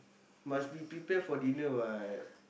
must be prepare for dinner what